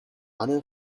other